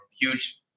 huge